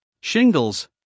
shingles